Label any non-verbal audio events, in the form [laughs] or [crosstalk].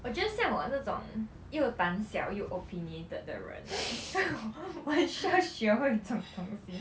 我觉得像我那种又胆小又 opinionated 的人 right [laughs] 我很需要学会这种东西